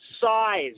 size